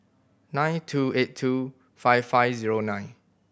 nine two eight two five five zero nine